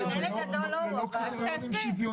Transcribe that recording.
אין כל הסברים איך קובע